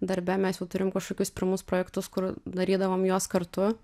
darbe mes jau turim kažkokius pirmus projektus kur darydavom juos kartu